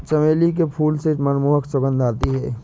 चमेली के फूल से मनमोहक सुगंध आती है